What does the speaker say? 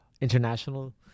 international